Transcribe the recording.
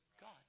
God